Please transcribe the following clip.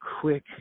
quick